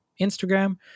Instagram